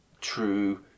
true